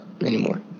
anymore